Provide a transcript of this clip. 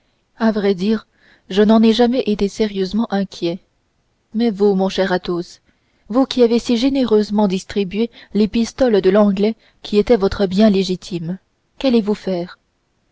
à vrai dire je n'en ai jamais été sérieusement inquiet mais vous mon cher athos vous qui avez si généreusement distribué les pistoles de l'anglais qui étaient votre bien légitime qu'allez-vous faire